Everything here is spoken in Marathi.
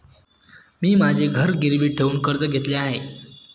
मी माझे घर गिरवी ठेवून कर्ज घेतले आहे